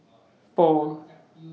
four